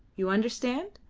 you understand?